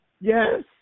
Yes